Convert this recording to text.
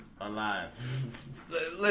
alive